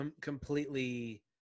completely